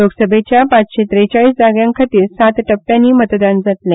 लोकसभेच्या पाचशें त्रेचाळीस जागां खातीर सात टप्प्यांनी मतदान जातले